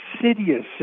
insidious